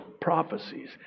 prophecies